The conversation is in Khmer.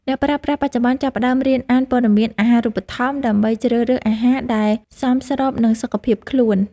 អ្នកប្រើប្រាស់បច្ចុប្បន្នចាប់ផ្តើមរៀនអានព័ត៌មានអាហារូបត្ថម្ភ ដើម្បីជ្រើសរើសអាហារដែលសមស្របនឹងសុខភាពខ្លួន។